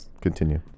Continue